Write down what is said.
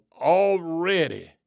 already